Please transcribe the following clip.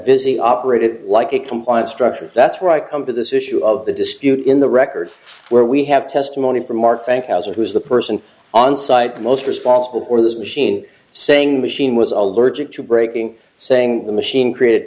busy operated like a compliance structure that's where i come to this issue of the dispute in the records where we have testimony from mark bank houser who is the person on site most responsible for this machine saying machine was allergic to breaking saying the machine created